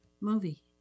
movie